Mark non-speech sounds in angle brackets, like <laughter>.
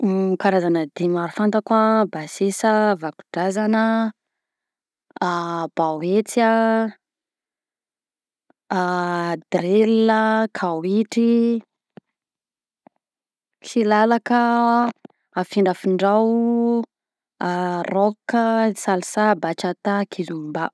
Ny karazana dihy maro fantako a: basea, vako-drazana, <hesitation> baoetsy a, <hesitation> drill, kawitry, kilalaka, afindrafindrao, <hesitation> rock, salsa, batchata, kizomba.